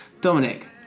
Dominic